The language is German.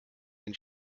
den